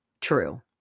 true